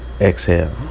Exhale